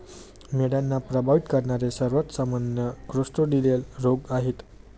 मेंढ्यांना प्रभावित करणारे सर्वात सामान्य क्लोस्ट्रिडियल रोग आहेत